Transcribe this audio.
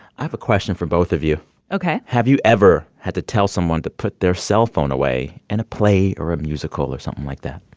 i have a question for both of you ok have you ever had to tell someone to put their cellphone away in and a play or a musical or something like that?